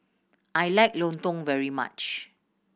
I like Lontong very much